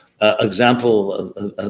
example